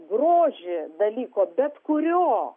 grožį dalyko bet kurio